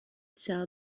sell